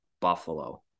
Buffalo